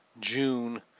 June